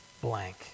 blank